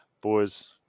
boys